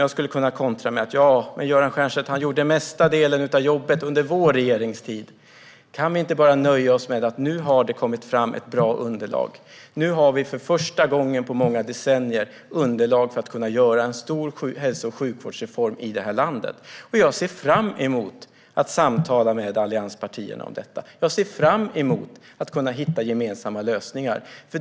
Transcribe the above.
Jag skulle kunna kontra med att Göran Stiernstedt gjorde den största delen av jobbet under vår regeringstid. Kan vi inte bara nöja oss med att det nu har kommit fram ett bra underlag? Nu har vi för första gången på många decennier underlag för att göra en stor hälso och sjukvårdsreform i det här landet. Jag ser fram emot att samtala med allianspartierna om detta. Jag ser fram emot att hitta gemensamma lösningar.